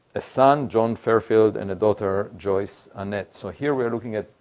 a son, john fairfield, and a daughter, joyce annette. so here we are looking at